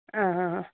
ആ ആ ആ